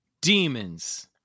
Demons